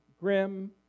grim